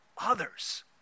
others